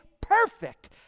perfect